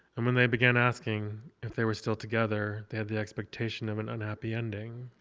and when they began asking if they were still together, they had the expectation of an unhappy ending.